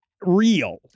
Real